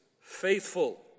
faithful